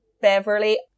Beverly